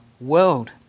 world